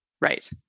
Right